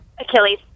Achilles